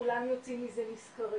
וכולנו יוצאים מזה נשכרים.